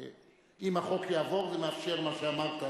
אם החוק יעבור, זה מאפשר מה שאמרת.